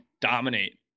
dominate